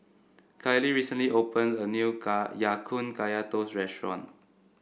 Kellie recently opened a new Ya Kun Kaya Toast restaurant